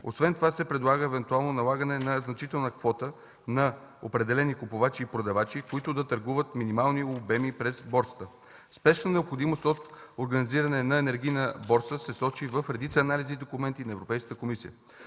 Освен това се предлага евентуалното налагане на значителна квота на определени купувачи и продавачи, които да търгуват минимални обеми през борсата. Спешната необходимост от организиране на енергийна борса се сочи в редица анализи и документи на Европейската комисия.